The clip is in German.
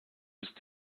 ist